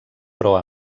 però